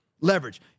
Leverage